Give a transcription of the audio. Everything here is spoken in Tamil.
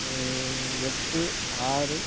எட்டு ஆறு